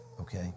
Okay